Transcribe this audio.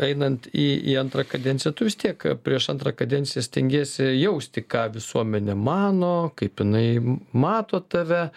einant į į antrą kadenciją tu vis tiek prieš antrą kadenciją stengėsi jausti ką visuomenė mano kaip jinai mato tave